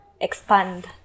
expand